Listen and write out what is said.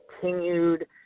continued